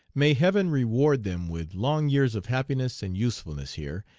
may heaven reward them with long years of happiness and usefulness here,